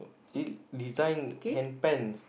eh design